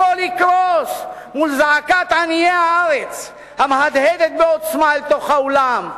הכול יקרוס מול זעקת עניי הארץ המהדהדת בעוצמה אל תוך האולם.